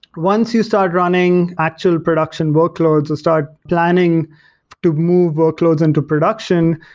once you start running actual production workloads to start planning to move workloads into production,